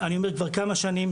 אני אומר כבר כמה שנים,